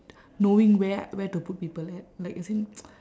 knowing where where to put people at like as in